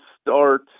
start